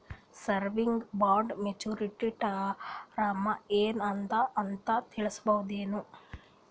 Savings bond maturity term ಏನ ಅದ ಅಂತ ತಿಳಸಬಹುದೇನು?